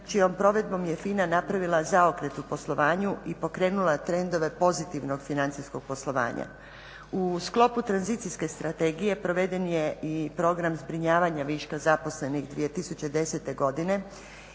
čijom provedbom je FINA napravila zaokret u poslovanju i pokrenula trendove pozitivnog financijskog poslovanja. U sklopu tranzicijske strategije proveden je i program zbrinjavanja viška zaposlenih 2010. godine,